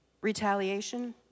Retaliation